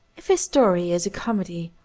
if his story is a comedy,